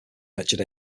nurtured